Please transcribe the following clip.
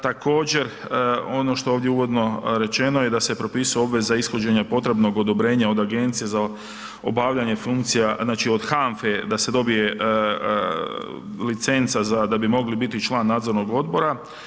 Također, ono što ovdje uvodno rečeno je da se propisuje obveza ishođenja potrebnog odobrenja od agencije za obavljanje funkcija znači od HANFE da se dobije licenca da bi mogli biti član nadzornog odbora.